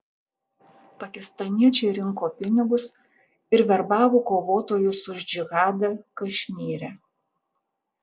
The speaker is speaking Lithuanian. pakistaniečiai rinko pinigus ir verbavo kovotojus už džihadą kašmyre